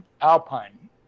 Alpine